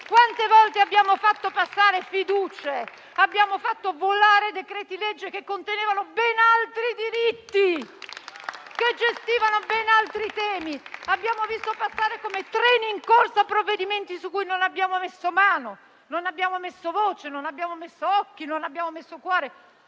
Quante volte abbiamo fatto passare fiducie, abbiamo fatto "volare" decreti-legge che contenevano ben altri diritti e che gestivano ben altri temi. Abbiamo visto passare come treni in corsa provvedimenti su cui non abbiamo messo mano, non abbiamo messo voce, non abbiamo messo occhi, non abbiamo messo cuore.